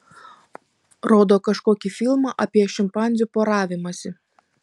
rodo kažkokį filmą apie šimpanzių poravimąsi